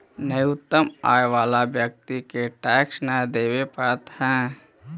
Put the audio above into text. न्यूनतम आय वाला व्यक्ति के टैक्स न देवे पड़ऽ हई